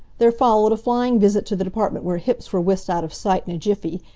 there followed a flying visit to the department where hips were whisked out of sight in a jiffy,